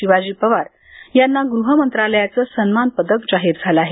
शिवाजी पवार यांना गृह मंत्रालयाचं सन्मान पदक जाहीर झालं आहे